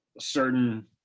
certain